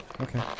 Okay